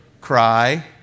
cry